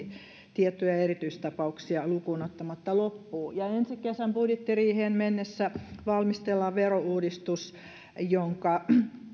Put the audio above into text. tiettyjä erityistapauksia lukuun ottamatta loppuu ja ensi kesän budjettiriiheen mennessä valmistellaan verouudistus jonka